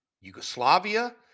Yugoslavia